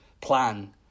plan